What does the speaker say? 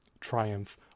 triumph